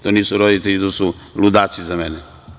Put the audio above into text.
To nisu roditelji, to su ludaci za mene.